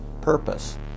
purpose